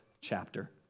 chapter